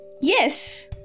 Yes